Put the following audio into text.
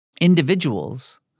individuals